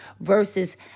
versus